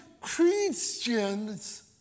Christians